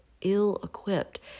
ill-equipped